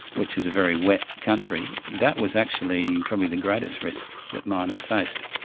which is a very wet country, that was actually probably the greatest risk that miners faced.